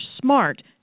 smart